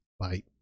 Bye